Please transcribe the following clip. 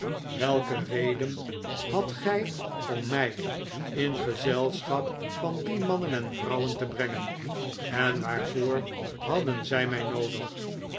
welke reden hadt gij om mij in gezelschap van die mannen en vrouwen te brengen en waarvoor hadden zij mij noodig